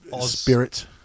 spirit